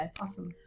Awesome